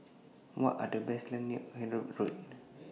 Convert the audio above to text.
What Are The landmarks near Hyderabad Road